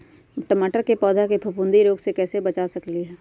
टमाटर के पौधा के फफूंदी रोग से कैसे बचा सकलियै ह?